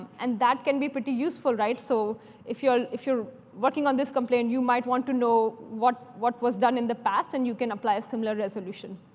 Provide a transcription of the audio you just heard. and that can be pretty useful, right? so if you're if you're working on this complaint, you might want to know what what was done in the past, and you can apply a similar resolution.